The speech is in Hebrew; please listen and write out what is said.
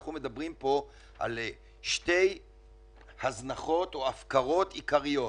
אנחנו מדברים פה על שתי הזנחות או הפקרות עיקריות